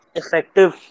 effective